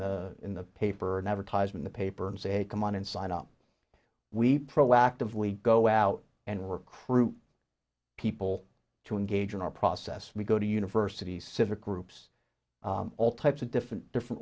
the in the paper and advertise in the paper and say come on and sign up we proactively go out and recruit people to engage in our process we go to universities civic groups all types of different different